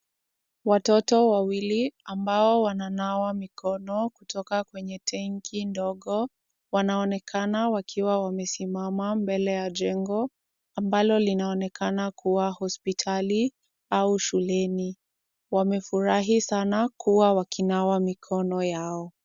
Watoto wawili ambao wananawa mikono kutoka kwenye tanki ndogo, wanaonekana wakiwa wamesimama mbele ya jengo ambalo linaonekana kuwa hospitali au shuleni, wamefurahi sana kuwa wakinawa mikono yao.